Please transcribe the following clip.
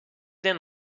then